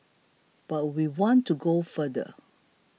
but we want to go further